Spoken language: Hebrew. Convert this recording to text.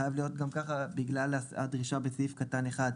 חייב להיות גם ככה בגלל הדרישה בסעיף קטן אחד,